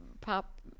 pop